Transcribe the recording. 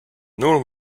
noor